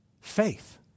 faith